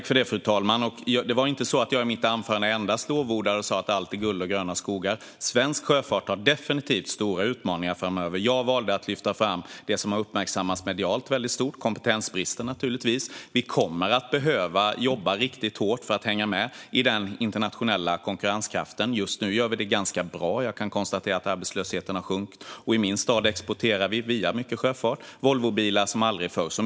Fru talman! Det var inte så att jag i mitt anförande endast lovordade och sa att allt var guld och gröna skogar. Svensk sjöfart har definitivt stora utmaningar framöver. Jag valde att lyfta fram det som har fått stor uppmärksamhet medialt, som kompetensbristen. Vi kommer att behöva jobba riktigt hårt för att hänga med i den internationella konkurrensen. Just nu gör vi det ganska bra. Jag kan konstatera att arbetslösheten har sjunkit. I min stad exporterar vi, mycket via sjöfart, Volvobilar som aldrig förr.